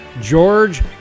george